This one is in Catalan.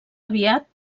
aviat